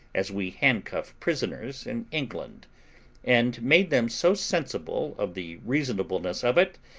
as we handcuff prisoners in england and made them so sensible of the reasonableness of it,